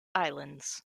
islands